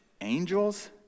angels